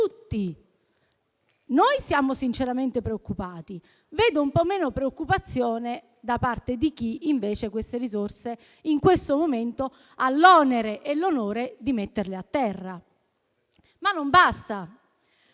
tutti. Noi siamo sinceramente preoccupati, ma vedo un po' meno preoccupazione da parte di chi invece in questo momento ha l'onere e l'onore di mettere a terra tali